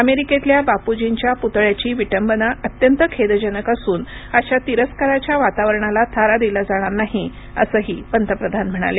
अमेरिकेतल्या बापूजींच्या पुतळ्याची विटंबना अत्यंत खेदजनक असून अशा तिरस्काराच्या वातावरणाला थारा दिला जाणार नाही असंही पंतप्रधान म्हणाले